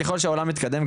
ככל שהעולם מתקדם,